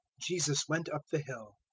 jesus went up the hill.